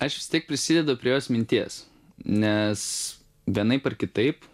aš vis tiek prisidedu prie jos minties nes vienaip ar kitaip